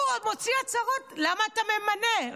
הוא מוציא הצהרות: למה אתה ממנה?